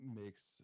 makes